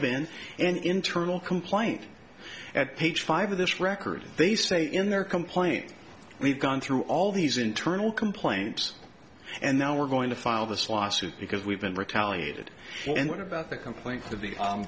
been an internal complaint at page five of this record they say in their complaint we've gone through all these internal complaints and now we're going to file this lawsuit because we've been retaliated and what about the complaint